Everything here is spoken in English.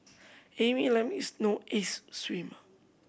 Amy Lam is no ace swimmer